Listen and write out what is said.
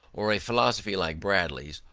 or a philosophy like bradley's,